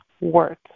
worth